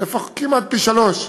כמעט פי-שלושה.